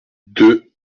deux